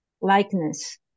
likeness